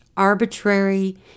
arbitrary